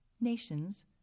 Nations